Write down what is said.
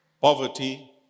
Poverty